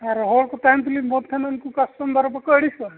ᱟᱨ ᱦᱚᱲ ᱠᱚ ᱛᱟᱦᱮᱱ ᱛᱩᱞᱩᱡ ᱵᱚᱸᱫᱽ ᱠᱷᱟᱱ ᱩᱱᱠᱩ ᱠᱟᱥᱴᱚᱢᱟᱨ ᱵᱟᱠᱚ ᱟᱹᱲᱤᱥᱚᱜᱼᱟ